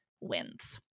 wins